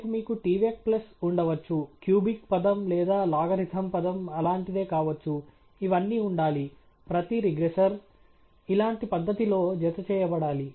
రేపు మీకు tvec plus ఉండవచ్చు క్యూబిక్ పదం లేదా లాగరిథం పదం అలాంటిదే కావచ్చు ఇవన్నీ ఉండాలి ప్రతి రిగ్రెసర్ ఇలాంటి పద్ధతిలో జతచేయబడాలి